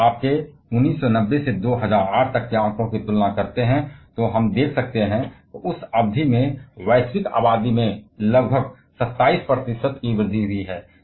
यदि आप 1990 से 2008 के आंकड़ों की तुलना करते हैं तो हम देख सकते हैं कि उस अवधि में वैश्विक आबादी में लगभग 27 प्रतिशत की वृद्धि हुई है